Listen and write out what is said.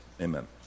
amen